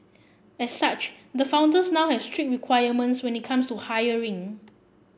as such the founders now has strict requirements when it comes to hiring